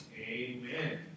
amen